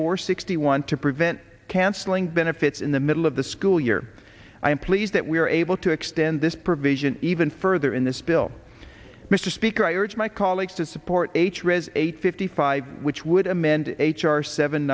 four sixty one to prevent cancelling benefits in the middle of the school year i am pleased that we were able to extend this provision even further in this bill mr speaker i urge my colleagues to support h resig fifty five which would amend h r seven